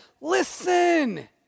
Listen